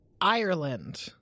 Ireland